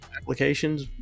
applications